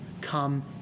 come